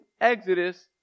Exodus